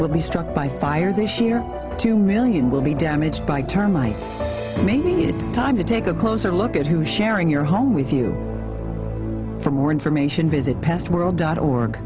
will be struck by fire this year two million will be damaged by termites maybe it's time to take a closer look at who is sharing your home with you for more information visit pest world dot org